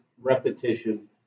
Repetition